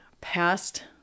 past